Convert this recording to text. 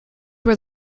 were